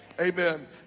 amen